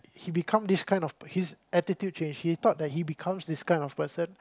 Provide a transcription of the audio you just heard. he become this kind of his attitude change he thought that he become this kid of person